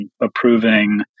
approving